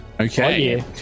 Okay